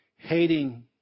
Hating